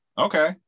Okay